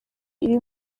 iri